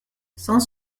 sans